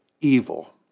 evil